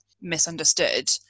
misunderstood